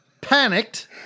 panicked